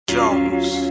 Jones